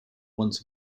once